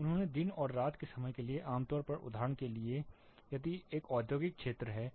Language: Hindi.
उन्होंने दिन और रात के समय के लिए आम तौर पर उदाहरण के लिए दिया है यदि यह एक औद्योगिक क्षेत्र है